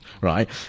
right